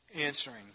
answering